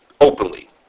openly